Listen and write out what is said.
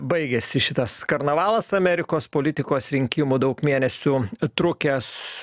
baigėsi šitas karnavalas amerikos politikos rinkimų daug mėnesių trukęs